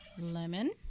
Lemon